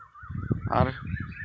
ᱟᱨ